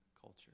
culture